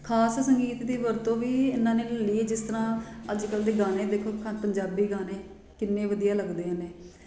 ਖਾਸ ਸੰਗੀਤ ਦੀ ਵਰਤੋਂ ਵੀ ਇਹਨਾਂ ਨੇ ਲੈ ਲਈ ਹੈ ਜਿਸ ਤਰ੍ਹਾਂ ਅੱਜ ਕੱਲ੍ਹ ਦੇ ਗਾਣੇ ਦੇਖੋ ਪੰਜਾਬੀ ਗਾਣੇ ਕਿੰਨੇ ਵਧੀਆ ਲੱਗਦੇ ਨੇ